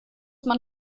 man